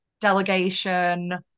delegation